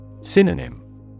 Synonym